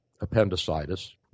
appendicitis